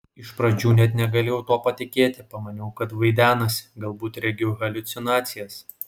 iš pradžių net negalėjau tuo patikėti pamaniau kad vaidenasi galbūt regiu haliucinacijas